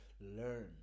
learn